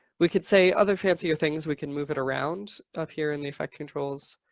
we could say other fancy things. we can move it around up here in the effect controls.